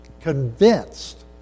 convinced